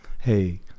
Hey